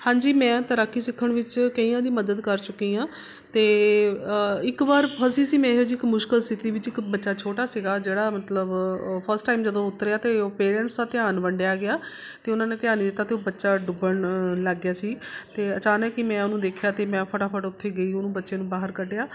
ਹਾਂਜੀ ਮੈਂ ਤੈਰਾਕੀ ਸਿੱਖਣ ਵਿੱਚ ਕਈਆਂ ਦੀ ਮਦਦ ਕਰ ਚੁੱਕੀ ਹਾਂ ਅਤੇ ਇੱਕ ਵਾਰ ਫਸੀ ਸੀ ਮੈਂ ਇਹੋ ਜਿਹੀ ਮੁਸ਼ਕਿਲ ਸਥਿਤੀ ਵਿੱਚ ਇੱਕ ਬੱਚਾ ਛੋਟਾ ਸੀਗਾ ਜਿਹੜਾ ਮਤਲਬ ਉਹ ਫਸਟ ਟਾਈਮ ਜਦੋਂ ਉਤਰਿਆ ਅਤੇ ਉਹ ਪੇਰੈਂਟਸ ਦਾ ਧਿਆਨ ਵੰਡਿਆ ਗਿਆ ਅਤੇ ਉਹਨਾਂ ਨੇ ਧਿਆਨ ਨਹੀਂ ਦਿੱਤਾ ਅਤੇ ਉਹ ਬੱਚਾ ਡੁੱਬਣ ਲੱਗ ਗਿਆ ਸੀ ਅਤੇ ਅਚਾਨਕ ਹੀ ਮੈਂ ਉਹਨੂੰ ਦੇਖਿਆ ਅਤੇ ਮੈਂ ਫਟਾਫਟ ਉੱਥੇ ਗਈ ਉਹਨੂੰ ਬੱਚੇ ਨੂੰ ਬਾਹਰ ਕੱਢਿਆ